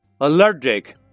allergic